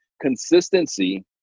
Consistency